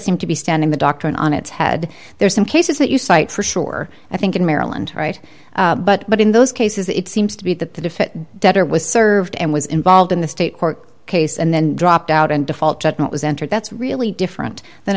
seem to be standing the doctrine on its head there's some cases that you cite for sure i think in maryland right but but in those cases it seems to be that the defense debtor was served and was involved in the state court case and then dropped out and default judgment was entered that's really different than